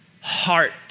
heart